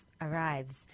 arrives